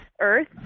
Earth